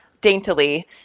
daintily